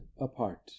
apart